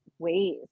ways